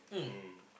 mm